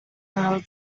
little